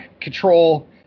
control